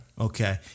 Okay